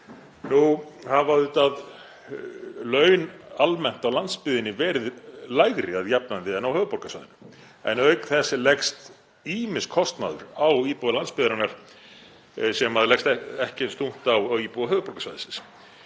Nú hafa auðvitað laun almennt á landsbyggðinni verið lægri að jafnaði en á höfuðborgarsvæðinu en auk þess leggst ýmis kostnaður á íbúa landsbyggðarinnar sem leggst ekki eins þungt á íbúa höfuðborgarsvæðisins.